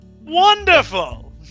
Wonderful